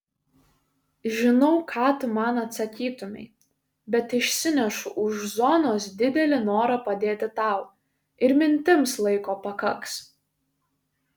žinau ką tu man atsakytumei bet išsinešu už zonos didelį norą padėti tau ir mintims laiko pakaks